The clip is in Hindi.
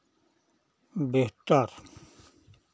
बेहतर